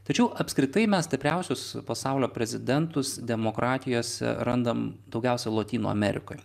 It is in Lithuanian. tačiau apskritai mes stipriausius pasaulio prezidentus demokratijose randam daugiausiai lotynų amerikoj